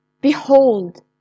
BEHOLD